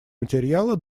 материала